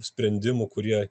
sprendimų kurie